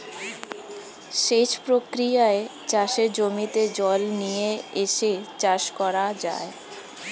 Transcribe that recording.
সেচ প্রক্রিয়ায় চাষের জমিতে জল নিয়ে এসে চাষ করা যায়